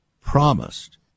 promised